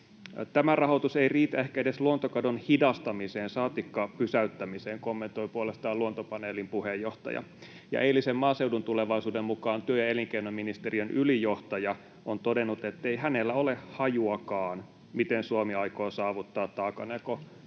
”Tämä rahoitus ei riitä ehkä edes luontokadon hidastamiseen saatikka pysäyttämiseen”, kommentoi puolestaan Luontopaneelin puheenjohtaja. Ja eilisen Maaseudun Tulevaisuuden mukaan työ- ja elinkeinoministeriön ylijohtaja on todennut, ettei hänellä ole hajuakaan, miten Suomi aikoo saavuttaa taakanjako-